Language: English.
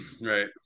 Right